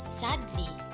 sadly